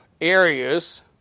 areas